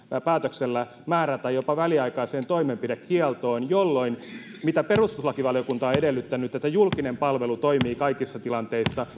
päätöksellä määrätä jopa väliaikaiseen toimeenpanokieltoon jolloin julkinen palvelu ei voikaan toimia vaikka perustuslakivaliokunta on edellyttänyt että julkinen palvelu toimii kaikissa tilanteissa